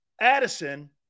Addison